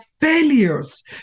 failures